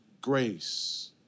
Grace